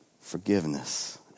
forgiveness